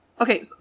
Okay